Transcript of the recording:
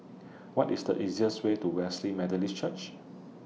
What IS The easiest Way to Wesley Methodist Church